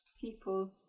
people